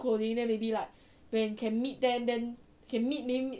clothing then maybe like when can meet them then can meet then meet